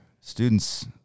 students